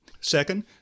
Second